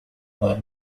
were